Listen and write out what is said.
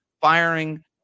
firing